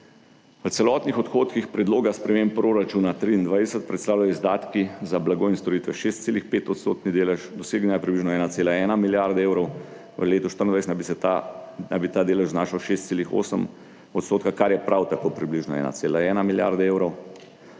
V celotnih odhodkih predloga sprememb proračuna 2023 predstavljajo izdatki za blago in storitve 6,5 % delež, dosegana je približno 1,1 milijarda evrov. V letu 2024 naj bi ta delež znašal 6,8 %, kar je prav tako približno 1,1 milijarda evrov.